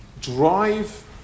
drive